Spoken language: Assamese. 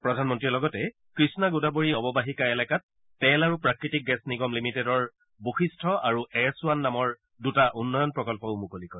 প্ৰধানমন্ত্ৰীয় লগতে কৃষ্ণা গোদাবৰী অৱবাহিকা এলেকাত তেল আৰু প্ৰাকৃতিক গেছ নিগম লিমিটেডৰ বশিষ্ঠ আৰু এছ ওৱান নামৰ দুটা উন্নয়ন প্ৰকল্পও মুকলি কৰে